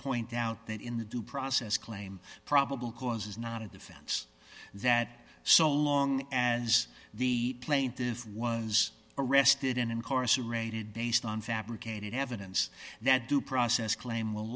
point out that in the due process claim probable cause is not a defense that so long as the plaintiff was arrested and incarcerated based on fabricated evidence that due process claim will